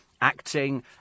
acting